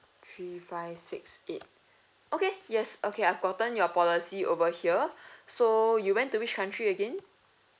three five six eight okay yes okay I've gotten your policy over here so you went to which country again